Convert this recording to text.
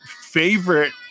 favorite